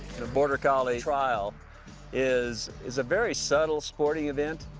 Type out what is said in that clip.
the border collie trial is is a very subtle sporting event,